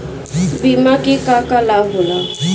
बिमा के का का लाभ होला?